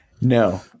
No